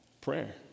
prayer